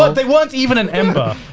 but they weren't even an ember.